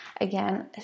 Again